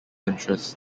interest